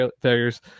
failures